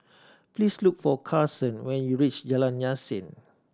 please look for Carson when you reach Jalan Yasin